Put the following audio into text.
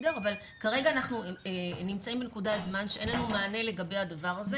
אבל כרגע אנחנו נמצאים בנקודת זמן שאין לנו מענה לגבי הדבר הזה